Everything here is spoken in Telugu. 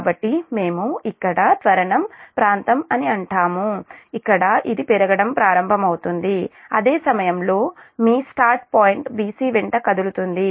కాబట్టి మేము ఇక్కడ త్వరణం ప్రాంతం అని అంటాము ఇక్కడ ఇది పెరగడం ప్రారంభమవుతుంది అదే సమయంలో మీ స్టాట్ పాయింట్ bc వెంట కదులుతుంది